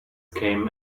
came